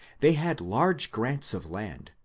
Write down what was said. they had large grants of land,